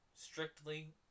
strictly